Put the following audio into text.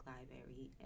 Library